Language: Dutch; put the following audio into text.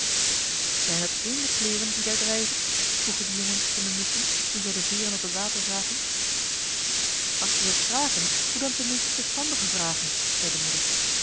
zijn dat eendekleeren die daar drijven vroegen de jongen van de musschen toen zij de veeren op het water zagen als je wilt vragen doe dan ten minste verstandige vragen zei de moeder